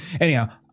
anyhow